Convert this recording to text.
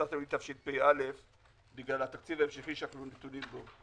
בשנת הלימודים תשפ"א בגלל התקציב ההמשכי שאנחנו נתונים בו.